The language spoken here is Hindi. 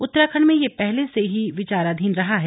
उत्तराखंड में यह पहले ही से ही विचाराधीन रहा है